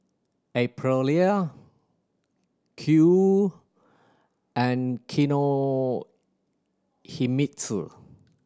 Aprilia Qoo and Kinohimitsu